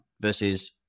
versus